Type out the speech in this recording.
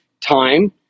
time